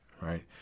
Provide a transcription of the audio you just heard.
right